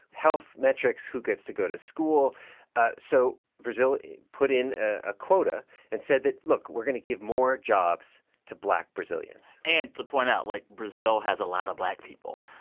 health metrics, who gets to go to school ah so brazil put in a quota and said that, look, we're going to give more jobs to black brazilians and to point out, like, brazil has a lot of black people.